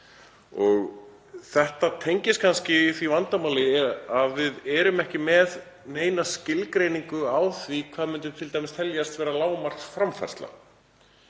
Þetta tengist kannski því vandamáli að við erum ekki með neina skilgreiningu á því hvað myndi t.d. teljast vera lágmarksframfærsla.